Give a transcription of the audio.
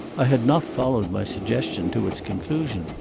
i had not followed my suggestion to its conclusion,